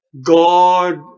God